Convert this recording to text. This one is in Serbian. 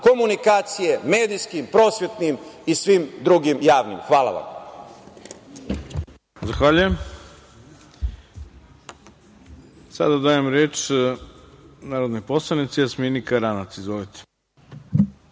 komunikacije, medijskim, prosvetnim i svim drugim. Hvala vam. **Ivica Dačić** Zahvaljujem. Sada dajem reč narodnoj poslanici Jasmini Karanac. Izvolite.